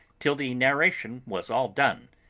till the narration was all done,